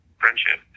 Friendship